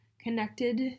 connected